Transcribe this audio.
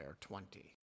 twenty